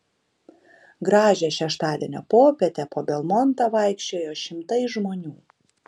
gražią šeštadienio popietę po belmontą vaikščiojo šimtai žmonių